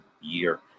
year